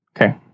Okay